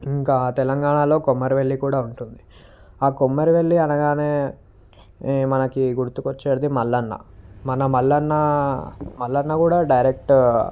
ఇంకా తెలంగాణలో కొమరవెల్లి కూడా ఉంటుంది ఆ కొమరవెల్లి అనగానే మనకి గుర్తుకు వచ్చేడిది మల్లన్న మన మల్లన్న మల్లన్న కూడా డైరెక్ట్